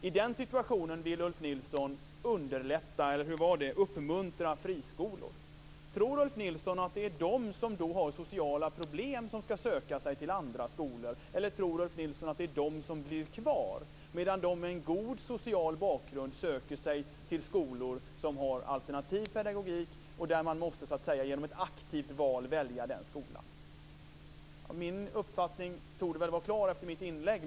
I den situationen vill Ulf Nilsson uppmuntra friskolor. Tror Ulf Nilsson att det är de som har sociala problem som skall söka sig till andra skolor, eller tror Ulf Nilsson att det är de som blir kvar, medan de med en god social bakgrund söker sig till skolor som har alternativ pedagogik och där man aktivt måste välja den skolan? Min uppfattning torde vara klar efter mitt inlägg.